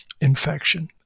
infection